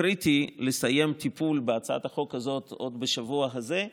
קריטי לסיים את הטיפול בהצעת החוק הזאת עוד בשבוע הזה,